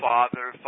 Father